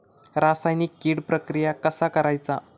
रासायनिक कीड प्रक्रिया कसा करायचा?